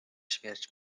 śmierć